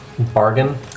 bargain